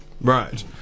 Right